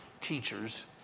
teachers